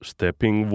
Stepping